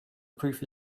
proof